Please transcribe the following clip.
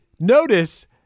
notice